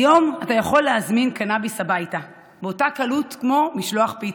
כיום אתה יכול להזמין קנביס הביתה באותה קלות כמו משלוח פיצה,